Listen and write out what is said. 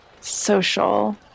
social